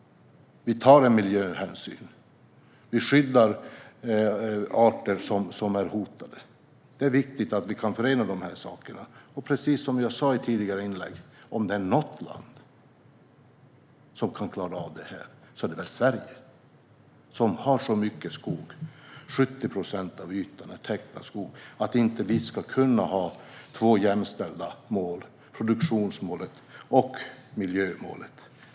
Vi tar miljöhänsyn. Vi skyddar arter som är hotade. Det är viktigt att vi kan förena de här sakerna. Som jag sa i ett tidigare inlägg: Om det är något land som kan klara av det här är det väl Sverige, som har så mycket skog. 70 procent av ytan är täckt av skog. Ska vi inte kunna ha två jämställda mål: produktionsmålet och miljömålet?